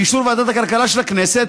באישור ועדת הכלכלה של הכנסת,